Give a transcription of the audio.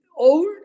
old